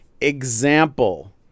Example